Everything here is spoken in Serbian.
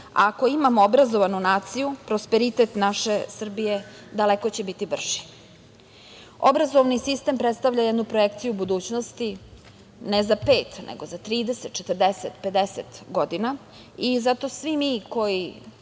Ako imamo obrazovanu naciju, prosperitet naše Srbije daleko će biti brži. Obrazovni sistem predstavlja jednu projekciju budućnosti, ne za pet, nego za 30, 40, 50 godina i zato svi mi koji,